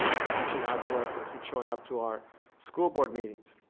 ah keep reaching out to us, and keep showing up to our school board meetings.